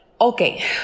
Okay